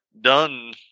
Done